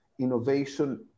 innovation